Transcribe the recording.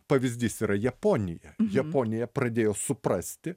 pavyzdys yra japonija japonija pradėjo suprasti